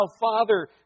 Father